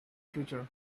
future